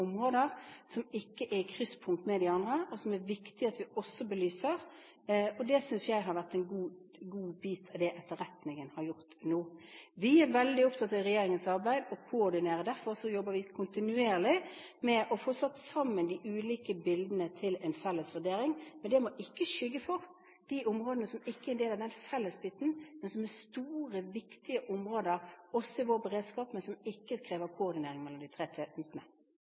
som det er viktig at vi også belyser. Det synes jeg har vært en god bit av det etterretningen har gjort nå. I regjeringens arbeid er vi veldig opptatt av å koordinere det, og derfor jobber vi kontinuerlig med å få satt sammen de ulike bildene til en felles vurdering. Det må ikke skygge for de områdene som ikke er en del av den fellesbiten – store, viktige områder, også i vår beredskap – men som ikke krever koordinering mellom de tre